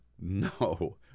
No